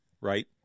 right